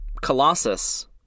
Colossus